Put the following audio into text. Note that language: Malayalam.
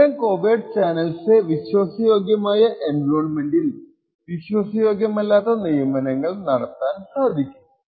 ഇത്തരം കോവേർട്ട് ചാനൽന് വിശ്വാസയോഗ്യമായ എൻവിയോണ്മെന്റിൽ വിശ്വാസയോഗ്യമല്ലാത്ത നിയമനങ്ങൾ നടത്താൻ സാധിക്കും